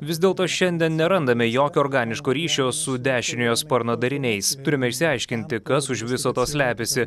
vis dėlto šiandien nerandame jokio organiško ryšio su dešiniojo sparno dariniais turime išsiaiškinti kas už viso to slepiasi